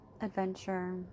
adventure